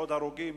עוד הרוגים,